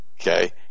okay